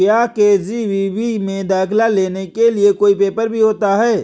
क्या के.जी.बी.वी में दाखिला लेने के लिए कोई पेपर भी होता है?